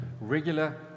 regular